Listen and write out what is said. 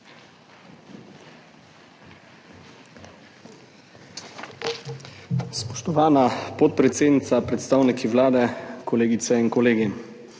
Spoštovana podpredsednica, predstavniki Vlade, kolegice in kolegi!